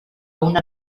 una